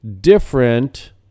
different